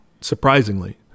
surprisingly